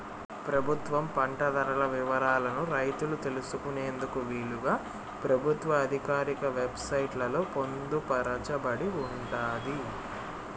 ప్రభుత్వం పంట ధరల వివరాలను రైతులు తెలుసుకునేందుకు వీలుగా ప్రభుత్వ ఆధికారిక వెబ్ సైట్ లలో పొందుపరచబడి ఉంటాది